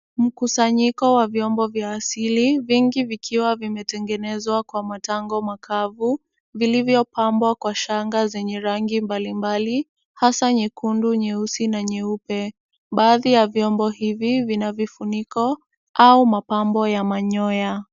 Mkusanyiko wa vyombo vya asili, vingi vikiwa vimetengenezwa kwa matango makavu, vilivyopambwa kwa shanga zenye rangi mbalimbali hasa nyekundu, nyeusi na nyeupe. Baadhi ya vyombo hivi vina vifuniko au mapambo ya manyoya.